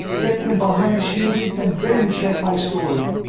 get them behind shielding and then check my story!